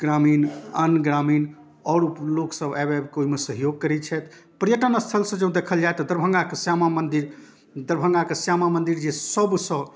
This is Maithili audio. ग्रामीण अन्य ग्रामीण आओर लोकसब आबि आबिकऽ ओहिमे सहयोग करै छथि पर्यटन अस्थलसँ जँ देखल जाए तऽ दरभङ्गाके श्यामा मन्दिर दरभङ्गाके श्यामा मन्दिर जे सबसँ